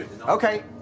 Okay